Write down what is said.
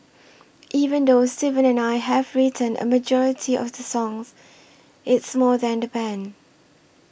even though Steven and I have written a majority of the songs it's more than the band